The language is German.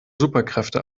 superkräfte